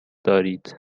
دارید